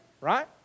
right